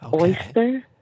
oyster